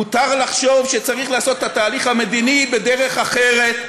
מותר לחשוב שצריך לעשות את התהליך המדיני בדרך אחרת.